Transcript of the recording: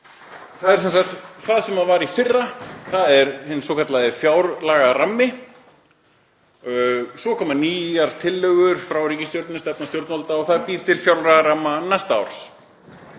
það sem var í fyrra, það er hinn svokallaði fjárlagarammi. Svo koma nýjar tillögur frá ríkisstjórninni, stefna stjórnvalda, og það býr til fjárlagaramma næsta árs.